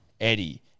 Eddie